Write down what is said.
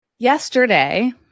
Yesterday